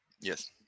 Yes